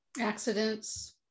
Accidents